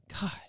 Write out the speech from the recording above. God